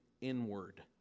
inward